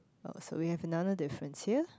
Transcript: oh so we have another difference here